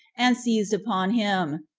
and seized upon him,